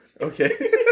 Okay